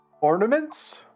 Ornaments